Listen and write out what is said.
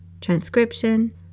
transcription